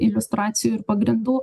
iliustracijų ir pagrindų